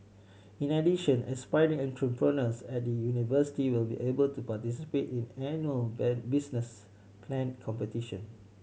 in addition aspiring entrepreneurs at the university will be able to participate in annual business plan competition